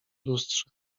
lustrze